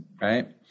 right